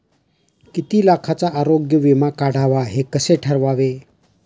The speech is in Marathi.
किती लाखाचा आरोग्य विमा काढावा हे कसे ठरवावे?